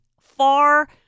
far